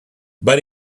but